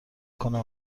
کنم